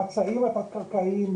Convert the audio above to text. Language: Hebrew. למצעים הקרקעיים,